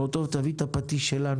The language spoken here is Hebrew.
האבא אומר לו: טוב, תביא את הפטיש שלנו.